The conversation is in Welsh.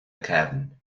cefn